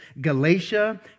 Galatia